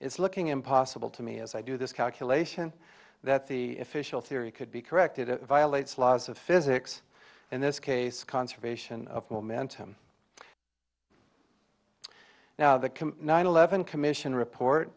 it's looking impossible to me as i do this calculation that the official theory could be corrected it violates the laws of physics in this case conservation of momentum now the nine eleven commission report